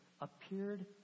appeared